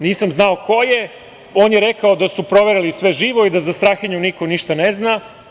Nisam znao ko je, on je rekao da su proverili sve živo i da za Strahinju niko ništa ne zna.